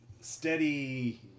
steady